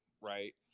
right